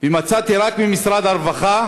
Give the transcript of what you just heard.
ומצאתי רק במשרד הרווחה,